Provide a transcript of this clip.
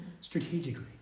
strategically